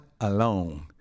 alone